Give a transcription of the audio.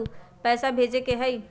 पैसा भेजे के हाइ?